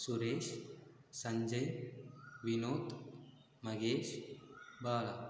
Suresh Sanjay Vinod Mahesh Bala